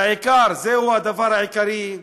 בעיקר, זהו הדבר העיקרי,